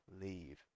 leave